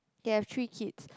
they have three kids